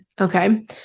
Okay